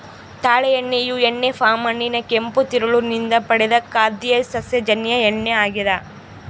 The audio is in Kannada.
ತಾಳೆ ಎಣ್ಣೆಯು ಎಣ್ಣೆ ಪಾಮ್ ಹಣ್ಣಿನ ಕೆಂಪು ತಿರುಳು ನಿಂದ ಪಡೆದ ಖಾದ್ಯ ಸಸ್ಯಜನ್ಯ ಎಣ್ಣೆ ಆಗ್ಯದ